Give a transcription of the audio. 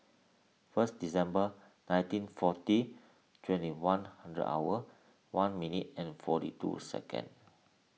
first December nineteen forty twenty one hundred hour one minute and forty two seconds